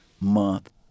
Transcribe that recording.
month